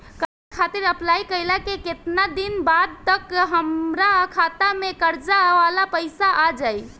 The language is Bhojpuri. कर्जा खातिर अप्लाई कईला के केतना दिन बाद तक हमरा खाता मे कर्जा वाला पैसा आ जायी?